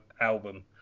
album